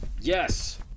Yes